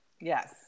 Yes